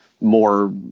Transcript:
more